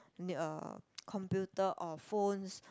uh computer or phones